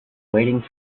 waiting